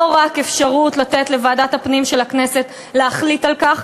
לא רק אפשרות לתת לוועדת הפנים של הכנסת להחליט על כך,